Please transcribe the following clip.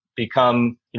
Become